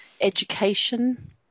education